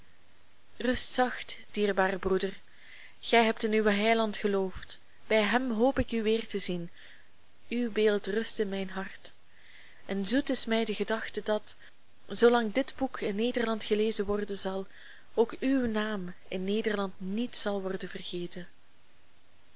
rust zacht dierbare broeder gij hebt in uwen heiland geloofd bij hem hoop ik u weer te zien uw beeld rust in mijn hart en zoet is mij de gedachte dat zoolang dit boek in nederland gelezen worden zal ook uw naam in nederland niet zal worden vergeten